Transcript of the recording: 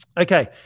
Okay